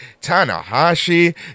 Tanahashi